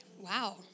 Wow